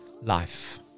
life